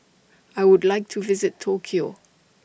I Would like to visit Tokyo